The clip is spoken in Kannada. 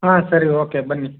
ಹಾಂ ಸರಿ ಓಕೆ ಬನ್ನಿ